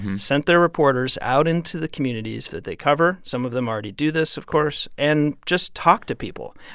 sent their reporters out into the communities that they cover some of them already do this, of course and just talk to people?